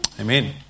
Amen